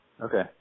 Okay